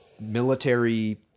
military